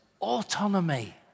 Autonomy